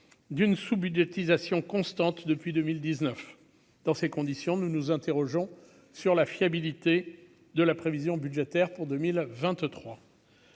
d'une sous-budgétisation constante depuis 2019 dans ces conditions, nous nous interrogeons sur la fiabilité de la prévision budgétaire pour 2023.